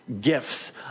gifts